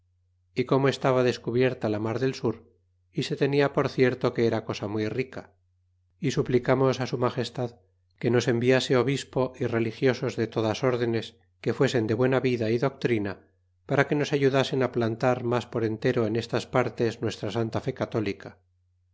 y como estaba descubierta la mar del sur y se tenia por cierto que era cosa muy rica y suplicamos su magestad que nos enviase obispo y religiosos de todas ordenes que fuesen de buena vida y doctrina para que nos ayudasen plantar mas por entero en estas partes nuestra santa fe católica